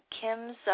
Kim's